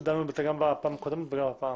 דנו בזה גם בפעם הקודמת וגם היום.